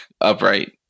upright